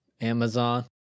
Amazon